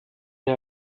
der